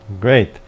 Great